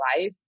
life